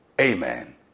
amen